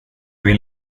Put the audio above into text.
vill